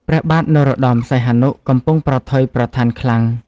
ព្រះបាទនរោត្តម សីហនុកំពុងប្រថុយប្រថានខ្លាំង។